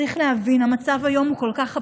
צריך להבין שהמצב היום כל כך אבסורדי,